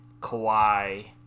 Kawhi